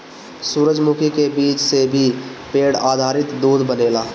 सूरजमुखी के बीज से भी पेड़ आधारित दूध बनेला